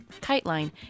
KiteLine